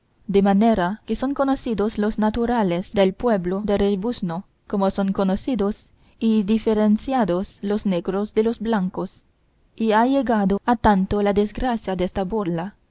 de manera que son conocidos los naturales del pueblo del rebuzno como son conocidos y diferenciados los negros de los blancos y ha llegado a tanto la desgracia desta burla